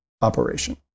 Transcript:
Operation